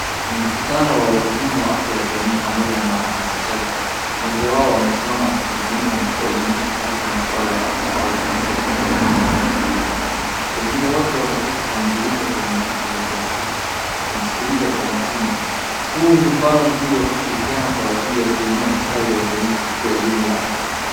Ni mkutano wa wahudumu wa afya ya jamii pamoja na wahamasishaji. Mmoja wao amesimama akizungumza na kuelimisha kuhusu masuala ya afya au jinsi ya kuwadudumia wananchi vizuri. Wengine wote wameketi kwa mviringo kwenye viti vya plastiki wakimsikiliza kwa makini. Huu ni mfano mzuri wa kushirikiana kwa ajili ya kuinua ustawi wa jamii kupitia elimu ya afya.